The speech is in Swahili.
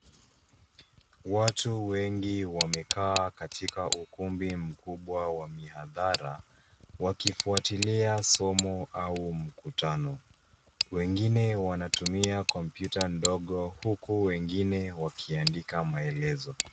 Watu wengi wamekaa katika ukumbi mkubwa wa mihadhara, wakifuatilia somo au mkutano. Wengine wanatumia kompyuta ndogo huku wengine wakiandika maelezo.